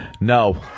No